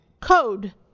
code